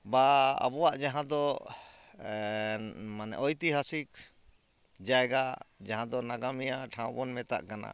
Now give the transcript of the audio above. ᱵᱟ ᱟᱵᱚᱣᱟᱜ ᱡᱟᱦᱟᱸ ᱫᱚ ᱢᱟᱱᱮ ᱳᱭᱛᱤᱦᱟᱥᱤᱠ ᱡᱟᱭᱜᱟ ᱡᱟᱦᱟᱸ ᱫᱚ ᱱᱟᱜᱟᱢᱤᱭᱟᱹ ᱴᱷᱟᱶ ᱵᱚᱱ ᱢᱮᱛᱟᱜ ᱠᱟᱱᱟ